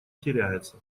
теряется